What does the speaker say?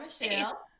Michelle